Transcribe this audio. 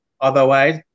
Otherwise